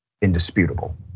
indisputable